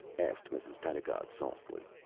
asked mrs. pedagog, softly.